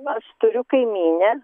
aš turiu kaimynę